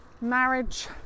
marriage